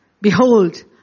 behold